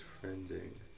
trending